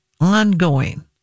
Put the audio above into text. ongoing